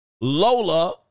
Lola